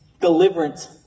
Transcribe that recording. deliverance